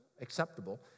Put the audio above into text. acceptable